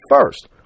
first